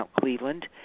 Cleveland